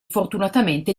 fortunatamente